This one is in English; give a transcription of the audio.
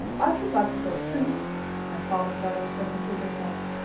i should like to go too and father vedder said to kit and kat,